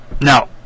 Now